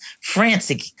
frantic